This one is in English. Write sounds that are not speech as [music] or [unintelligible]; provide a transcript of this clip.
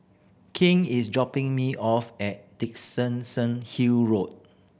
king is dropping me off at Dickenson [unintelligible] Hill Road